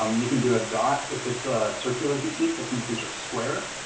um you can do a dot if it's a circular heatsink but since these are square,